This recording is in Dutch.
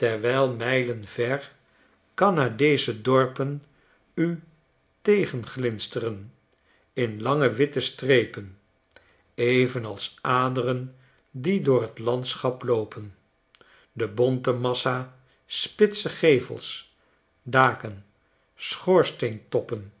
terwijl mijlen ver canadasche dorpen u tegenglinsteren in lange witte strepen evenals aderen die door t landschap loopen de bonte massa spitse gevels daken